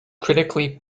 critically